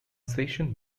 session